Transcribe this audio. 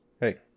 Hey